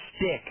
stick